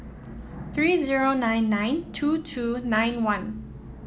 three zero nine nine two two nine one